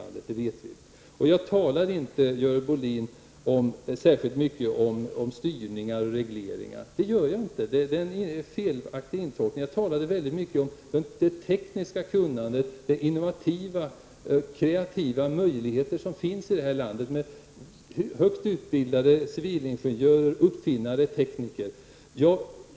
Det vet vi. Jag talade inte, Görel Bohlin, särskilt mycket om styrningar och regleringar. Det är en felaktig tolkning. Jag talade mycket om det tekniska kunnandet, om de innovativa och kreativa möjligheter som finns här i landet med högt utbildade civilingenjörer, uppfinnare och tekniker.